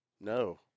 No